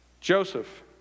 Joseph